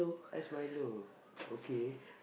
ice milo okay